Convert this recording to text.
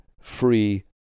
free